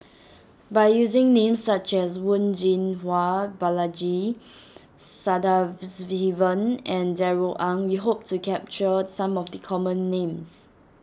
by using names such as Wen Jinhua Balaji Sadasivan and Darrell Ang we hope to capture some of the common names